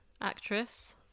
Actress